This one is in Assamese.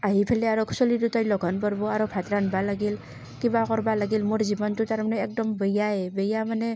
আহি পেলাই আৰু চলি দুটাই লঘন পৰিব আৰু ভাত ৰান্ধিব লাগিল কিবা কৰিব লাগিল মোৰ জীৱনটো তাৰমানে একদম বেয়ায়েই বেয়া মানে